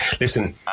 listen